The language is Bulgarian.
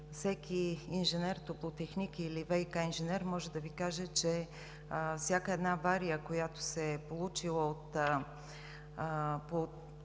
Всеки инженер – топлотехник или ВиК инженер, може да Ви каже, че при всяка авария, която се е получила по